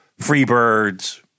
Freebirds